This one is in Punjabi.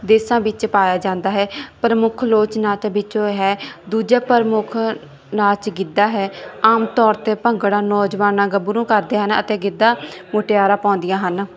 ਦੇਸ਼ਾਂ ਵਿੱਚ ਪਾਇਆ ਜਾਂਦਾ ਹੈ ਪ੍ਰਮੁੱਖ ਲੋਕਨਾਚ ਵਿੱਚੋਂ ਹੈ ਦੂਜਾ ਪ੍ਰਮੁੱਖ ਨਾਚ ਗਿੱਧਾ ਹੈ ਆਮ ਤੌਰ 'ਤੇ ਭੰਗੜਾ ਨੌਜਵਾਨ ਗੱਭਰੂ ਕਰਦੇ ਹਨ ਅਤੇ ਗਿੱਧਾ ਮੁਟਿਆਰਾਂ ਪਾਉਂਦੀਆਂ ਹਨ